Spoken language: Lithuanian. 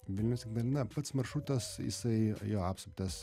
vilnius ignalina pats maršrutas jisai jo apsuptas